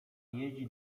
jeździ